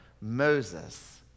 Moses